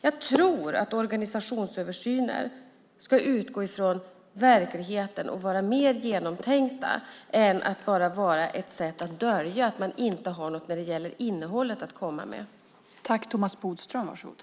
Jag tror att organisationsöversyner ska utgå från verkligheten och vara mer genomtänkta än att bara vara ett sätt att dölja att man inte har något att komma med när det gäller innehållet.